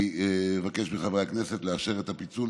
אני מבקש מחברי הכנסת לאשר את הפיצול.